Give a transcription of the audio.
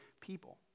people